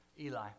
Eli